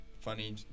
funny